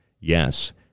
Yes